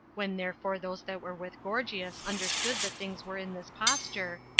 when therefore those that were with gorgias understood that things were in this posture,